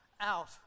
out